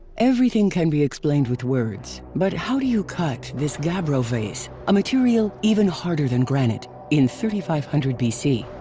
everything can be explained with words, but how do you cut, this gabbro vase, a material even harder than granite in three thousand five hundred bc?